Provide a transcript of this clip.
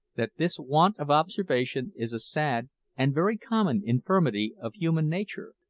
that this want of observation is a sad and very common infirmity of human nature,